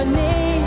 name